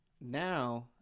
now